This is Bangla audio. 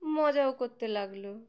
মজাও করতে লাগল